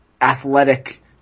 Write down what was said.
athletic